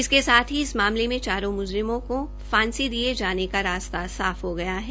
इसके साथ इस मामले में चारों म्जरिमों को फांसी दिये जाने का रास्ता साफ हो गया है